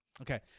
okay